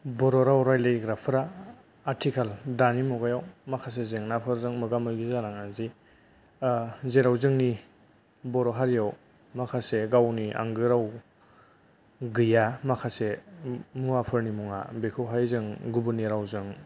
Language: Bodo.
बर' राव रायज्लायग्राफोरा आथिखाल दानि मुगायाव माखासे जेंना फोरजों मोगा मोगि जानां नायजों जेराव जोंनि बर'हारियाव माखासे गावनि आंगो राव गैया माखासे मुवाफोरनि मुङा बेखौ हाय जों गुबुननि रावजों